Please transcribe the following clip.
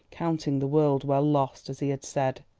counting the world well lost, as he had said.